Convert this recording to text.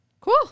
Cool